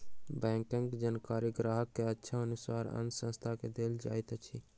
बैंकक जानकारी ग्राहक के इच्छा अनुसार अन्य संस्थान के देल जाइत अछि